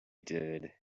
did